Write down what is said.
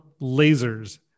lasers